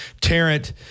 Tarrant